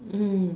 mm